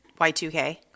Y2K